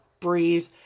breathe